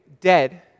dead